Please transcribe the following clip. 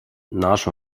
наш